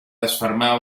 desfermar